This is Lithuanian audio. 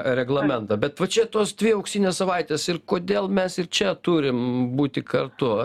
reglamentą bet va čia tos dvi auksinės savaitės ir kodėl mes ir čia turim būti kartu